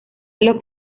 los